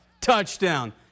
touchdown